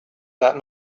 that